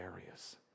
areas